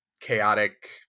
chaotic